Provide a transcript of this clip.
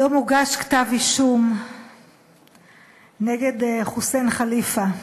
היום הוגש כתב האישום נגד חוסיין חליפה,